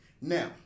Now